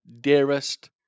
dearest